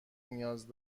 نیاز